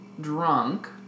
drunk